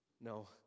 No